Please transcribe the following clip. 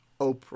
Oprah